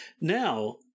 Now